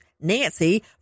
nancy